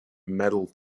medal